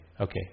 okay